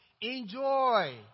Enjoy